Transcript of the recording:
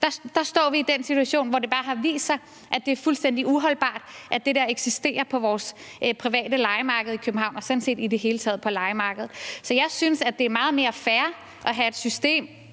Der står vi i den situation, hvor det bare har vist sig, at det er fuldstændig uholdbart, hvad der eksisterer på vores private lejemarked i København og sådan set i det hele taget på lejemarkedet. Så jeg synes, at det er meget mere fair at have et system,